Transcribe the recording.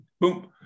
boom